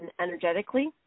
energetically